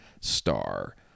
star